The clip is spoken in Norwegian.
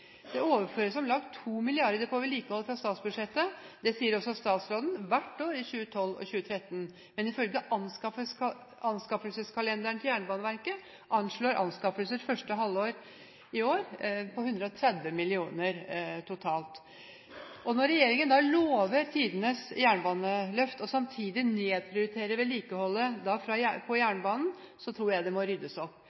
Det overføres om lag 2 mrd. kr til vedlikehold fra statsbudsjettet, det sier også statsråden, hvert år i 2012 og 2013, men anskaffelseskalenderen til Jernbaneverket anslår anskaffelser i første halvår i år på 130 mill. kr totalt. Så når regjeringen da lover tidenes jernbaneløft og samtidig nedprioriterer vedlikeholdet